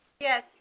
Yes